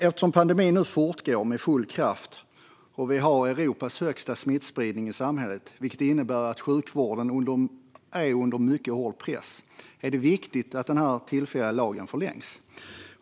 Eftersom pandemin nu fortgår med full kraft och Sverige har Europas högsta smittspridning i samhället, vilket innebär att sjukvården är under mycket hård press, är det viktigt att den tillfälliga lagen förlängs.